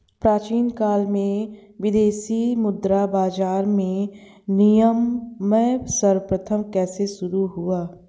प्राचीन काल में विदेशी मुद्रा बाजार में विनिमय सर्वप्रथम कैसे शुरू हुआ?